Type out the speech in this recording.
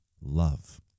love